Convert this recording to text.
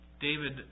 David